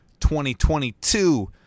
2022